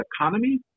economy